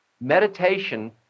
Meditation